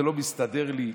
זה לא מסתדר לי,